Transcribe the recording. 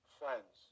friends